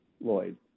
Lloyd